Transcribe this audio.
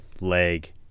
leg